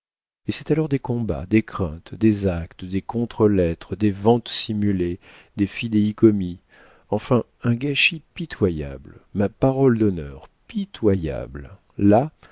et c'est alors des combats des craintes des actes des contre lettres des ventes simulées des fidéi commis enfin un gâchis pitoyable ma parole d'honneur pitoyable là